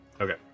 Okay